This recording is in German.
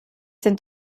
sind